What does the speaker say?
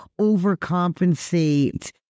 overcompensate